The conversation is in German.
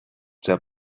der